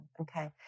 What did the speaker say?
okay